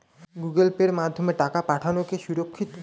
Google পের মাধ্যমে টাকা পাঠানোকে সুরক্ষিত?